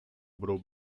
budou